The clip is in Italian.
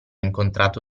incontrato